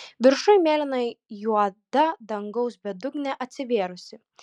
viršuj mėlynai juoda dangaus bedugnė atsivėrusi